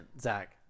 Zach